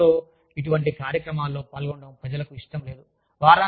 వారాంతంలో ఇలాంటి కార్యక్రమాల్లో పాల్గొనడం ప్రజలకు ఇష్టం లేదు